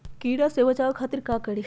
कीरा से बचाओ खातिर का करी?